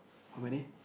how many